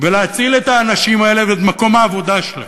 ולהציל את האנשים האלה, ואת מקום העבודה שלהם,